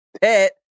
pet